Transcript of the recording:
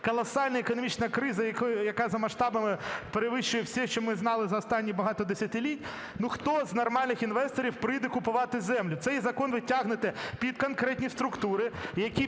колосальна економічна криза, яка за масштабами перевищує все, що ми знали за останні багато десятиліть, хто з нормальних інвесторів прийде купувати землю? Цей закон ви тягнете під конкретні структури, які